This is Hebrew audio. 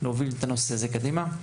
להוביל את הנושא הזה קדימה.